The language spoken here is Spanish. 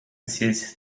ciencias